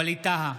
ווליד טאהא,